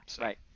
right